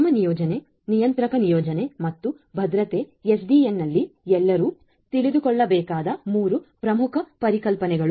ನಿಯಮ ನಿಯೋಜನೆ ನಿಯಂತ್ರಕ ನಿಯೋಜನೆ ಮತ್ತು ಭದ್ರತೆ ಎಸ್ಡಿಎನ್ನಲ್ಲಿ ಎಲ್ಲರೂ ತಿಳಿದುಕೊಳ್ಳಬೇಕಾದ 3 ಪ್ರಮುಖ ಪರಿಕಲ್ಪನೆಗಳು